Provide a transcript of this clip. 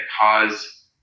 cause